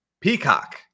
Peacock